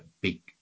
big